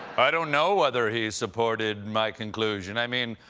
i don't know whether he supported my conclusion. i mean,